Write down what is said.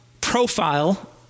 profile